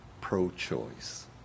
pro-choice